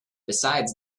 besides